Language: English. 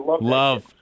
love